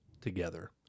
together